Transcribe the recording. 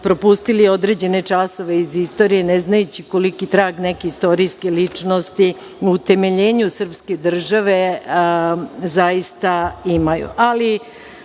propustili određene časova iz istorije, ne znajući koliki trag neke istorijske ličnosti u utemeljenju srpske države zaista imaju,